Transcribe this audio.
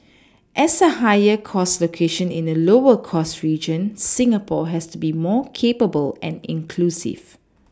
as a higher cost location in a lower cost region Singapore has to be more capable and inclusive